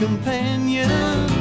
Companion